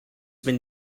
been